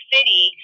City